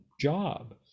job